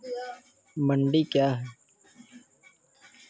मंडी क्या हैं?